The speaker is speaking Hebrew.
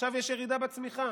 ועכשיו יש ירידה בצמיחה.